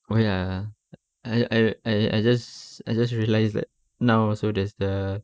oh ya ah I I I just I just realized like now also there's the